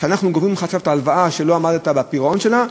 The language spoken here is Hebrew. שאנחנו גובים ממך עכשיו את ההלוואה שלא עמדת בפירעון שלה,